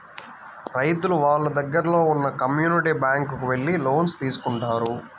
రైతులు వాళ్ళ దగ్గరలో ఉన్న కమ్యూనిటీ బ్యాంక్ కు వెళ్లి లోన్స్ తీసుకుంటారు